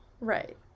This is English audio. right